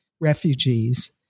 refugees